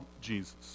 Jesus